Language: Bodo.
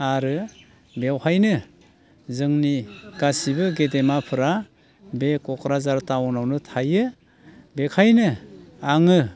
आरो बेवहायनो जोंनि गासैबो गेदेमाफोरा बे क'क्राझार टाउनावनो थायो बेखायनो आङो